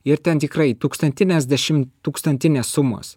ir ten tikrai tūkstantines dešimttūkstantinės sumos